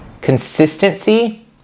Consistency